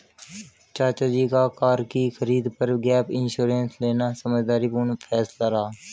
चाचा जी का कार की खरीद पर गैप इंश्योरेंस लेना समझदारी पूर्ण फैसला रहा